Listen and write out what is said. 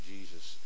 Jesus